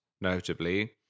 notably